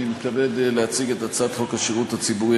אני מתכבד להציג את הצעת חוק השירות הציבורי